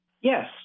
Yes